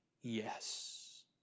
yes